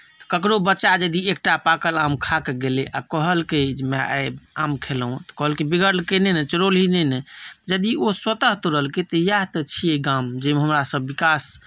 तऽ ककरो बच्चा यदि एकटा पाकल आम खा कऽ गेलै आ कहलकै जे माय आइ आम खेलहुँ हेँ तऽ कहलकै बिगड़लै नहि ने चोरौलही नहि ने यदि ओ स्वतः तोड़लकै तऽ इएह तऽ छियै गाम जाहिमे हमरासभ विकास